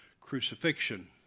crucifixion